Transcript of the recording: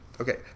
Okay